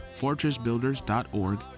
fortressbuilders.org